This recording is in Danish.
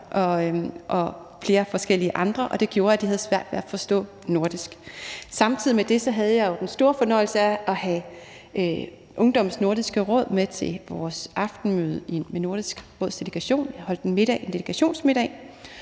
og flere forskellige andre, og det gjorde, at de havde svært ved at forstå nordisk. Samtidig med det havde jeg jo den store fornøjelse at have Ungdommens Nordiske Råd med til vores aftenmøde med Nordisk Råds delegation – vi holdt en delegationsmiddag